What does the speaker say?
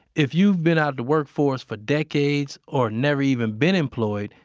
if you've been out of the workforce for decades or never even been employed,